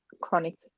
chronic